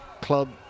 club